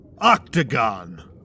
Octagon